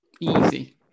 easy